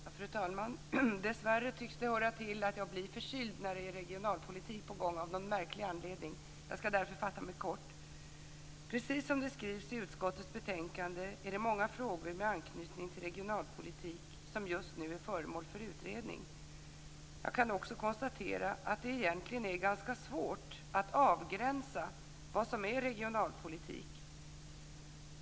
Fru talman! Dessvärre tycks det av någon märklig anledning höra till att jag blir förkyld när det är regionalpolitik på gång. Jag ska därför fatta mig kort. Precis som det skrivs i utskottets betänkande är det många frågor med anknytning till regionalpolitik som just nu är föremål för utredning. Jag kan också konstatera att det egentligen är ganska svårt att avgränsa vad som är regionalpolitik.